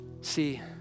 See